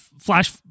flash